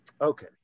Okay